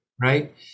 right